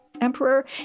emperor